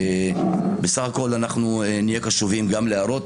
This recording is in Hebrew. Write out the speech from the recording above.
בסך הכול נהיה קשובים להערות,